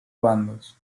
bandos